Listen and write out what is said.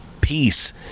Peace